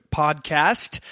podcast